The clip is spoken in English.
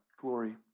glory